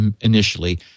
initially